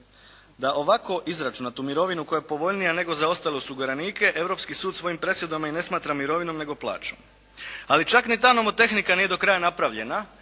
da ovako izračunatu mirovinu koja je povoljnija nego za ostale osiguranike, Europski sud svojim presudama i ne smatra mirovinom nego plaćom. Ali čak ni ta nomotehnika nije do kraja napravljena,